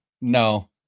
no